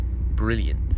brilliant